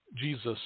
Jesus